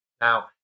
now